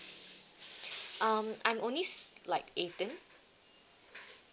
um I'm only s~ like eighteen